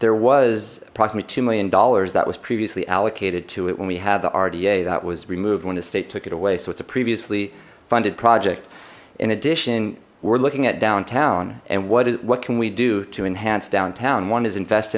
there was approximately two million dollars that was previously allocated to it when we had the rda that was removed when the state took it away so it's a previously funded project in addition we're looking at downtown and what is what can we do to enhance downtown one is invest